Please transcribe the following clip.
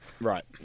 right